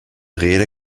rede